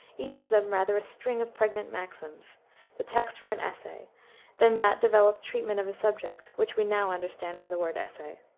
each of them rather a string of pregnant maxims the text for an essay than that developed treatment of a subject which we now understand by the word essay.